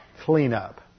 cleanup